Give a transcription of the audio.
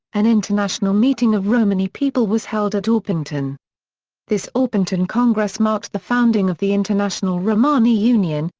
an international meeting of romany people was held at orpington this orpington congress marked the founding of the international romani union,